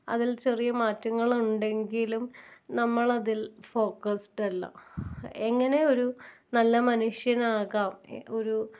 അതിൽ ചെറിയ മാറ്റങ്ങൾ ഉണ്ടെങ്കിലും നമ്മളതിൽ ഫോക്കസ്ഡ് അല്ല എങ്ങനെ ഒരു നല്ല മനുഷ്യനാകാം ഒരു